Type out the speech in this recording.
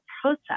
process